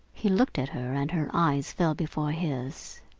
he looked at her, and her eyes fell before his.